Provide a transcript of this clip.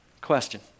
Question